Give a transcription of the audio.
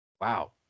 Wow